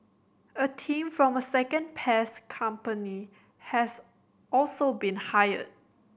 a team from a second pest company has also been hired